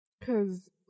Cause